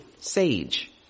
sage